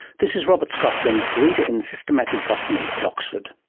this is robert scotland, reader in systematic botany at oxford.